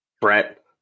Brett